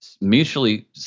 mutually